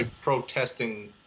protesting